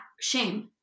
Shame